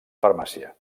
farmàcia